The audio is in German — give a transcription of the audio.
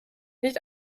nicht